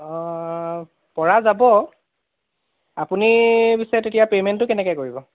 অ'পৰা যাব আপুনি পিছে তেতিয়া পে'মেণ্টটো কেনেকৈ কৰিব